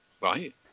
right